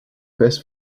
best